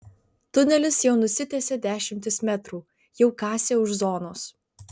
tunelis jau nusitęsė dešimtis metrų jau kasė už zonos